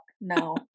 no